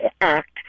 Act